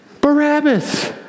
Barabbas